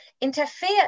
interfere